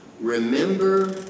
Remember